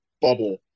bubble